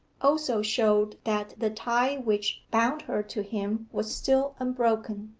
also showed that the tie which bound her to him was still unbroken.